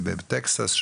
בטקסס,